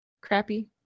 crappy